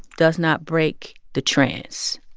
does not break the trance.